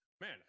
man